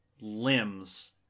limbs